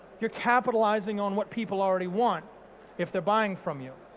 you're capitalising on what people already want if they're buying from you.